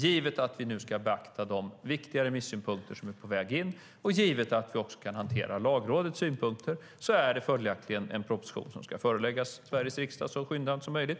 Givet att vi nu ska beakta de viktiga remissynpunkter som är på väg, och givet att vi också kan hantera Lagrådets synpunkter, ska det föreläggas en proposition för Sveriges riksdag så skyndsamt som möjligt.